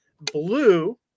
blue